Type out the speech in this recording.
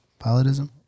pilotism